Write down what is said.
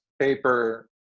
paper